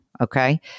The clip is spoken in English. Okay